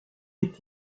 est